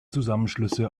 zusammenschlüsse